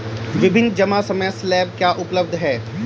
विभिन्न जमा समय स्लैब क्या उपलब्ध हैं?